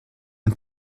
ein